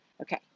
Okay